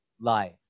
life